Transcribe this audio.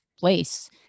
place